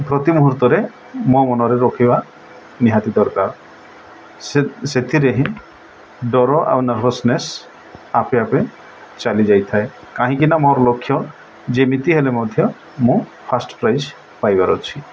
ପ୍ରତି ମୁହୂର୍ତ୍ତରେ ମୋ ମନରେ ରଖିବା ନିହାତି ଦରକାର ସେ ସେଥିରେ ହିଁ ଡ଼ର ଆଉ ନର୍ଭସନେସ୍ ଆପେ ଆପେ ଚାଲି ଯାଇଥାଏ କାହିଁକିନା ମୋର ଲକ୍ଷ୍ୟ ଯେମିତି ହେଲେ ମଧ୍ୟ ମୁଁ ଫାର୍ଷ୍ଟ ପ୍ରାଇଜ୍ ପାଇବାର ଅଛି